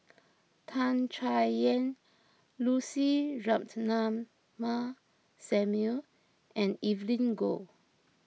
Tan Chay Yan Lucy Ratnammah Samuel and Evelyn Goh